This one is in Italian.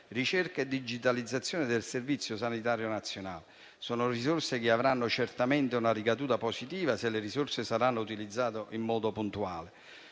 ricerca e digitalizzazione del Servizio sanitario nazionale: sono risorse che avranno certamente una ricaduta positiva se saranno utilizzate in modo puntuale.